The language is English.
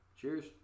Cheers